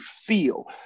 feel